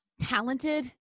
talented